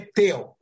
teu